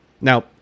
Now